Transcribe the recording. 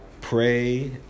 pray